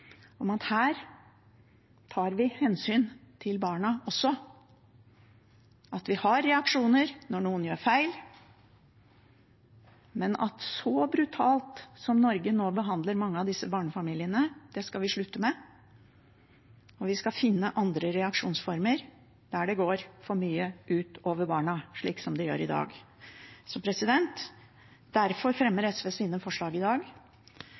om at her tar vi hensyn til barna også, at vi har reaksjoner når noen gjør feil, men at å behandle mange av disse barnefamiliene så brutalt som Norge gjør nå, skal vi slutte med. Vi skal finne andre reaksjonsformer der det går for mye ut over barna – slik som det gjør i dag. Derfor fremmer SV sine forslag i dag.